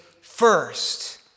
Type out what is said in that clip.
first